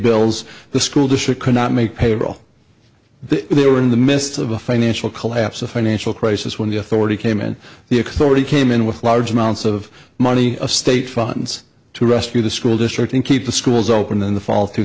bills the school district cannot make payroll they were in the midst of a financial collapse a financial crisis when the authority came and the authority came in with large amounts of money of state funds to rescue the school district and keep the schools open in the fall